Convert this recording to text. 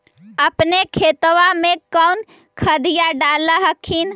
अपने खेतबा मे कौन खदिया डाल हखिन?